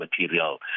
material